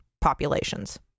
populations